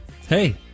Hey